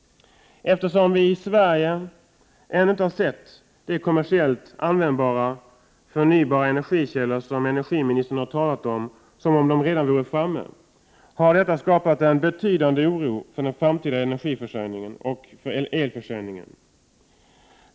Eftersom vi i Sverige ännu inte har sett de kommersiellt användbara förnybara energikällor som energiministern har talat om som om de redan vore framme, har detta skapat en betydande oro för den framtida energiförsörjningen och för elförsörjningen.